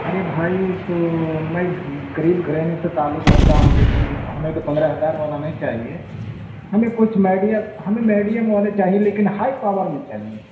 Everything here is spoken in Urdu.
ارے بھائی تو میں غریب گھرانے سے تعلق رکھتا ہوں لیکن ہمیں تو پندرہ ہزار والا نہیں چاہیے ہمیں کچھ میڈیم ہمیں میڈیم والے چاہیے لیکن ہائی پاور میں چاہیے